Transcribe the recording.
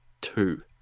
two